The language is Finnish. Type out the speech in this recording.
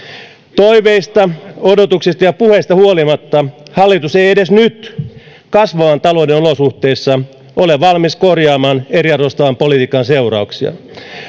toiveista odotuksista ja puheista huolimatta hallitus ei edes nyt kasvavan talouden olosuhteissa ole valmis korjaamaan eriarvoistavan politiikan seurauksia